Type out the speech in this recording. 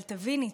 אבל תביני,